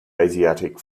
asiatic